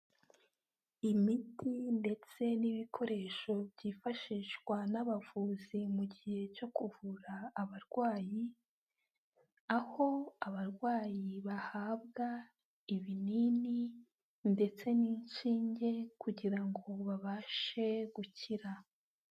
Imiti ndetse n'ibikoresho byifashishwa n'abavuzi mu gihe cyo kuvura abarwayi, aho abarwayi bahabwa ibinini ndetse n'inshinge kugira ngo babashe gukira.